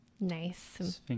Nice